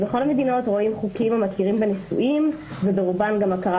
בכל המדינות רואים חוקים המכירים בנישואין וברובן גם הכרה